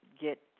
get